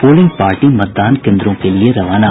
polling party मतदान केंद्रों के लिये रवाना